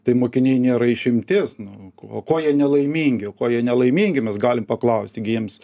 tai mokiniai nėra išimtis na o ko jie nelaimingi ko jie nelaimingi mes galim paklausti gi jiems